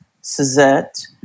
Suzette